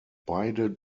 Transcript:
beide